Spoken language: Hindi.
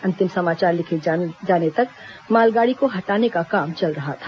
अंतिम समाचार लिखे जाने तक मालगाड़ी को हटाने का काम चल रहा था